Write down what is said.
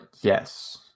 Yes